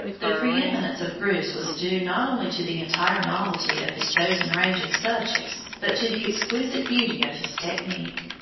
the pre-eminence of greuze was due not only to the entire novelty of his chosen range of subjects, but to the exquisite beauty of his technique.